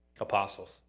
Apostles